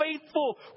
faithful